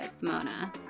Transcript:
Mona